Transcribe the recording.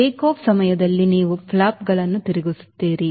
takeoff ಸಮಯದಲ್ಲಿ ನೀವು ಫ್ಲಾಪ್ಗಳನ್ನು ತಿರುಗಿಸುತ್ತೀರಿ